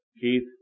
Keith